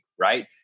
right